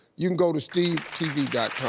you can go to stevetv